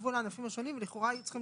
שניגבו לענפים השונים ולכאורה היו צריכים